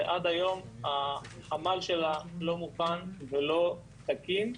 ועד היום החמ"ל שלה לא מוכן ולא תקין.